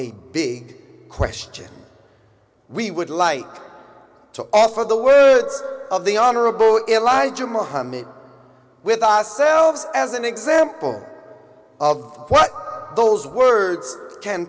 a big question we would like to offer the words of the honorable elijah muhammad with asa selves as an example of what those words can